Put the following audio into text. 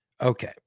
Okay